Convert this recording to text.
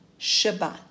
Shabbat